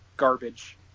garbage